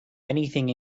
anything